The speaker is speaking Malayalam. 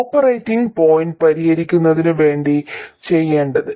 ഓപ്പറേറ്റിംഗ് പോയിന്റ് പരിഹരിക്കുന്നതിന് വേണ്ടി ചെയ്യേണ്ടത്